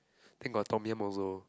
then got tom-yum also